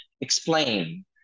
explain